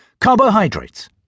Carbohydrates